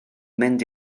mynd